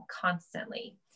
constantly